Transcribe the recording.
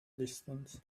distance